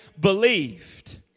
believed